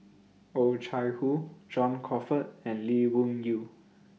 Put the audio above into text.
Oh Chai Hoo John Crawfurd and Lee Wung Yew